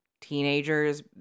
teenagers